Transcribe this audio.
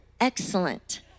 excellent